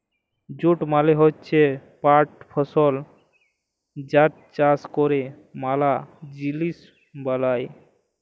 jute মালে হচ্যে পাট ফসল যার চাষ ক্যরে ম্যালা জিলিস বালাই